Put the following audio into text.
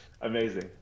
Amazing